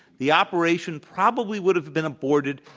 the operation probably would have been aborted,